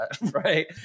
right